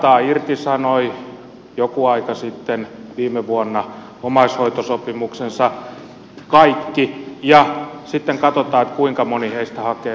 vantaa irtisanoi joku aika sitten viime vuonna kaikki omaishoitosopimuksensa ja sitten katsotaan kuinka moni heistä hakee uudestaan